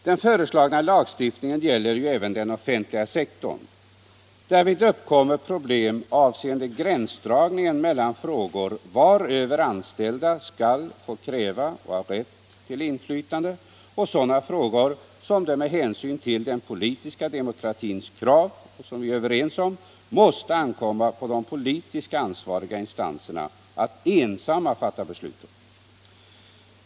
Den föreslagna lagstiftningen gäller ju även den offentliga sektorn. Därvid uppkommer problem avseende gränsdragningen mellan frågor varöver anställda skall ha rätt till inflytande och sådana frågor som det med hänsyn till den politiska demokratins krav, som vi är överens om, måste ankomma på de politiskt ansvariga instanserna att ensamma fatta beslut om.